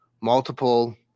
Multiple